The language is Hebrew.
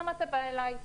למה אתה בא אליי?